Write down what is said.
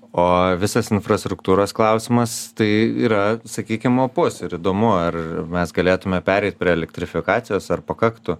o visas infrastruktūros klausimas tai yra sakykim opus ir įdomu ar mes galėtumėm pereit prie elektrifikacijos ar pakaktų